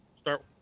start